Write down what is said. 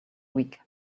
week